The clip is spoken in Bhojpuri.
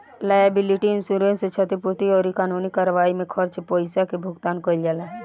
लायबिलिटी इंश्योरेंस से क्षतिपूर्ति अउरी कानूनी कार्यवाई में खर्च पईसा के भुगतान कईल जाला